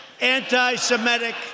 anti-Semitic